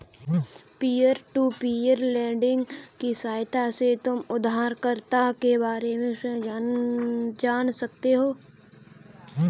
peer to peer lending की सहायता से तुम उधारकर्ता के बारे में स्वयं जान सकते हो